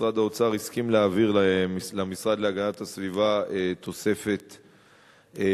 משרד האוצר הסכים להעביר למשרד להגנת הסביבה תוספת תקציבית.